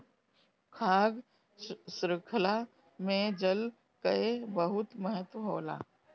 खाद्य शृंखला में जल कअ बहुत महत्व होला